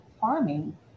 farming